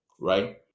right